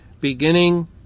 beginning